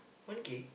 one kay